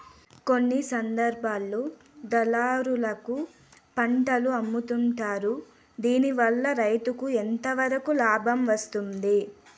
కొన్ని సందర్భాల్లో దళారులకు పంటలు అమ్ముతుంటారు దీనివల్ల రైతుకు ఎంతవరకు లాభం వస్తుంది?